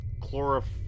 chlorophyll